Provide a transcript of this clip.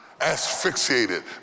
Asphyxiated